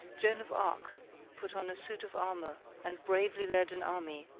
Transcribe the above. joan of arc put on a suit of armor and bravely led an army,